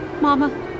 Mama